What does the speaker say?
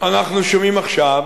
אנחנו שומעים עכשיו